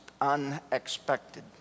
unexpected